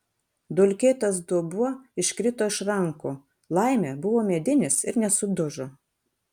dulkėtas dubuo iškrito iš rankų laimė buvo medinis ir nesudužo